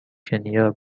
کنیا